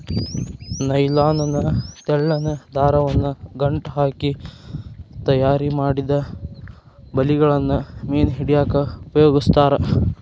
nylon ನ ತೆಳ್ಳನ ದಾರವನ್ನ ಗಂಟ ಹಾಕಿ ತಯಾರಿಮಾಡಿದ ಬಲಿಗಳನ್ನ ಮೇನ್ ಹಿಡ್ಯಾಕ್ ಉಪಯೋಗಸ್ತಾರ